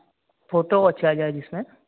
photo अच्छा आ जाए जिसमें